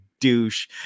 douche